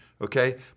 Okay